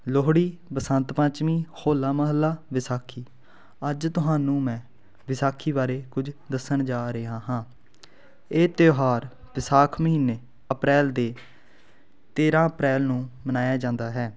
ਲੋਹੜੀ ਬਸੰਤ ਪੰਚਮੀ ਹੋਲਾ ਮਹੱਲਾ ਵਿਸਾਖੀ ਅੱਜ ਤੁਹਾਨੂੰ ਮੈਂ ਵਿਸਾਖੀ ਬਾਰੇ ਕੁਝ ਦੱਸਣ ਜਾ ਰਿਹਾ ਹਾਂ ਇਹ ਤਿਉਹਾਰ ਵਿਸਾਖ ਮਹੀਨੇ ਅਪ੍ਰੈਲ ਦੇ ਤੇਰ੍ਹਾਂ ਅਪ੍ਰੈਲ ਨੂੰ ਮਨਾਇਆ ਜਾਂਦਾ ਹੈ